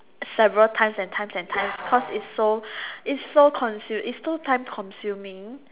several times and times and times cause it's so it's so consu~ it's so time consuming